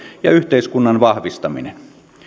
ja yhteiskunnan vahvistaminen